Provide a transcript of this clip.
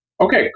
Okay